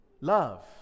love